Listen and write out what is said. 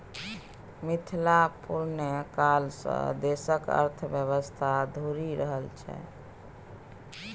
मिथिला पुरने काल सँ देशक अर्थव्यवस्थाक धूरी रहल छै